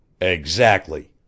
Exactly